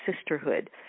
sisterhood